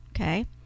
okay